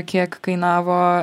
kiek kainavo